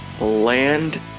land